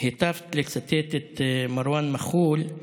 היטבת לצטט את מרואן מח'ול,